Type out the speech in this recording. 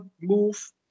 move